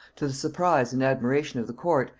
to the surprise and admiration of the court,